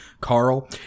carl